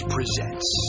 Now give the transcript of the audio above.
Presents